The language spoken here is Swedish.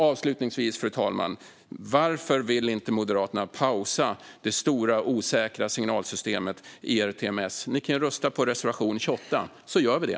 Avslutningsvis, fru talman: Varför vill inte Moderaterna pausa det stora, osäkra signalsystemet ERTMS? Ni kan ju rösta på reservation 28 så gör vi det.